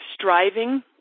striving